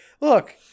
look